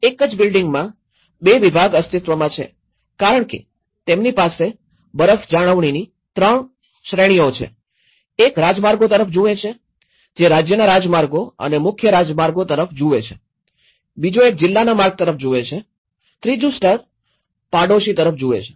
એક જ બિલ્ડિંગમાં બે વિભાગ અસ્તિત્વમાં છે કારણ કે તેમની પાસે બરફ જાળવણીની ૩ શ્રેણીઓ છે એક રાજમાર્ગો તરફ જુએ છે જે રાજ્યના રાજમાર્ગો અને મુખ્ય રાજમાર્ગો તરફ જુવે છે બીજો એક જિલ્લા માર્ગ તરફ જુએ છે ત્રીજું સ્તર પડોશી તરફ જુએ છે